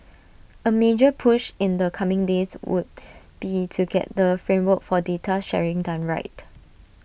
A major push in the coming days would be to get the framework for data sharing done right